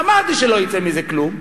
אמרתי שלא יצא מזה כלום,